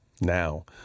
now